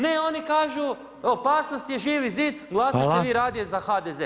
Ne, oni kažu opasnost je Živi zid, glasajte vi radije za HDZ.